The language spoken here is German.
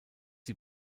sie